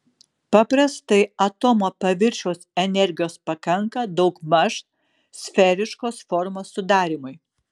paprastai atomo paviršiaus energijos pakanka daugmaž sferiškos formos sudarymui